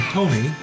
Tony